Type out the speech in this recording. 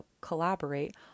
collaborate